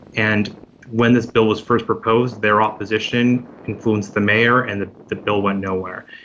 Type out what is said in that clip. and when this bill was first proposed, their opposition influenced the mayor and the the bill went nowhere.